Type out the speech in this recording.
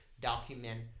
document